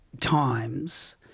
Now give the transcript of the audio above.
times